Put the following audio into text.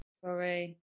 Sorry